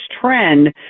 trend